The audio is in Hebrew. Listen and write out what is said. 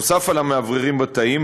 נוסף על המאווררים בתאים,